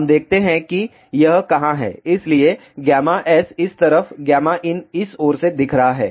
हम देखते हैं कि यह कहां है इसलिए s इस तरफ in इस ओर से देख रहा है